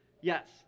yes